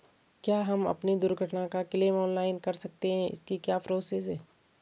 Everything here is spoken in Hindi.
क्या हम अपनी दुर्घटना का क्लेम ऑनलाइन कर सकते हैं इसकी क्या प्रोसेस है?